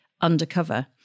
undercover